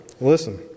Listen